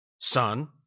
Son